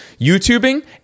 YouTubing